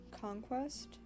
conquest